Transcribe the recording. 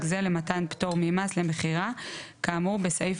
זה למתן פטור ממס למכירה כאמור בסעיף